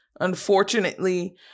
unfortunately